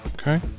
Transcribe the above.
Okay